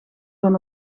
van